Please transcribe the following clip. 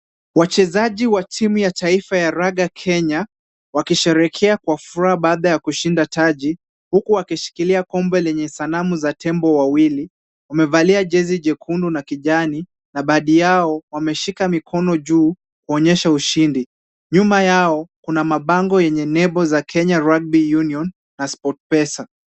Wachezaji wa timu ya taifa ya raga Kenya, wakisherekea kwa furaha baada ya kushinda taji, huku wakishikilia kombe lenye sanamu ya tembo wawili. Wamevalia jezi jekundu na kijani, na baadhi yao wameshika mikono juu kuonyesha ushindi. Nyuma yao kuna mabango yenye nembo za Kenya Rugby Union na SportPesa .